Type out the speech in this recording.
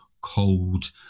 cold